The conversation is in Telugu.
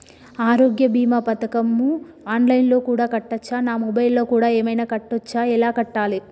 ఆరోగ్య బీమా ప్రీమియం ఆన్ లైన్ లో కూడా కట్టచ్చా? నా మొబైల్లో కూడా ఏమైనా కట్టొచ్చా? ఎలా కట్టాలి?